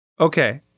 Okay